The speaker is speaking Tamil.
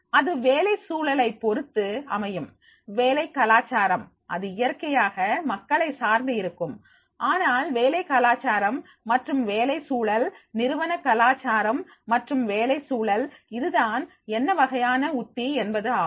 இது வேலை சூழலை பொறுத்து அமையும் வேலை கலாச்சாரம் இது இயற்கையாக மக்களை சார்ந்து இருக்கும் ஆனால் வேலை கலாச்சாரம் மற்றும் வேலை சூழல் நிறுவன கலாச்சாரம் மற்றும் வேலைச் சூழல் இதுதான் என்ன வகையான உத்தி என்பது ஆகும்